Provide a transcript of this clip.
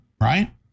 right